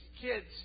kids